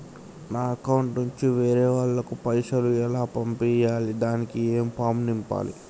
నా అకౌంట్ నుంచి వేరే వాళ్ళకు పైసలు ఎలా పంపియ్యాలి దానికి ఏ ఫామ్ నింపాలి?